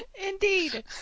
Indeed